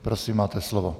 Prosím, máte slovo.